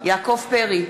יעקב פרי,